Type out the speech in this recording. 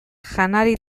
janari